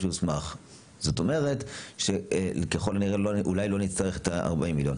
זאת אומרת שאולי לא נצטרך את ה-40 מיליון.